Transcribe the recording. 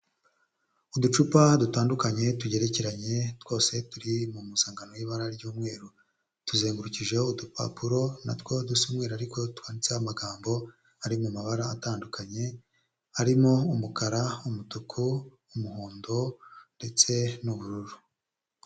Uducupa dutandukanye tugerekeranye twose turi mu musangano y'ibara ry'umweru, tuzengurukijeho udupapuro natwo dusa umweru, ariko twanditseho amagambo ari mu mabara atandukanye, arimo umukara umutuku n'umuhondo ndetse n'ubururu.